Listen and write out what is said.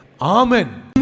Amen